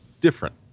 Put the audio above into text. different